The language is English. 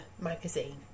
magazine